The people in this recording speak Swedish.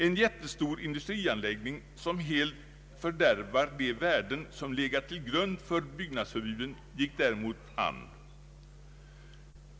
En jättestor industrianläggning, som helt fördärvar de värden som legat till grund för byggnadsförbuden, gick däremot an.